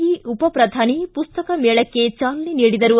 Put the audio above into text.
E ಉಪ ಪ್ರಧಾನಿ ಪುಸ್ತಕ ಮೇಳಕ್ಕೆ ಚಾಲನೆ ನೀಡಿದರು